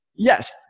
Yes